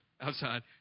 outside